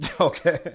Okay